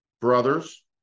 brothers